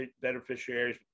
beneficiaries